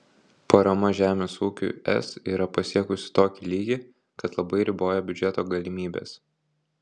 parama žemės ūkiui es yra pasiekusį tokį lygį kad labai riboja biudžeto galimybes